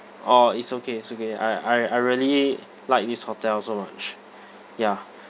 orh it's okay it's okay I I I really like this hotel so much ya